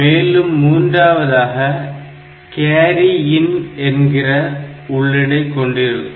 மேலும் மூன்றாவதாக carry in Cin என்கிற உள்ளீடை கொண்டிருக்கும்